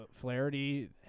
Flaherty